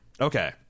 Okay